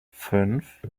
fünf